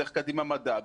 דרך קדימה מדע,